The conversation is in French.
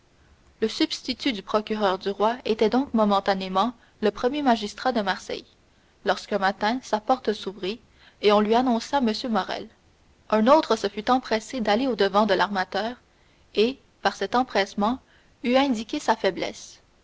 le substitut du procureur du roi était donc momentanément le premier magistrat de marseille lorsqu'un matin sa porte s'ouvrit et on lui annonça m morrel un autre se fût empressé d'aller au-devant de l'armateur et par cet empressement eût indiqué sa faiblesse